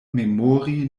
memori